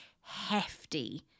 hefty